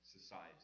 society